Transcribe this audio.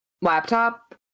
laptop